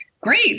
Great